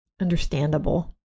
understandable